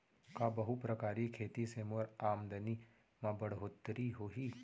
का बहुप्रकारिय खेती से मोर आमदनी म बढ़होत्तरी होही?